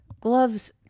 gloves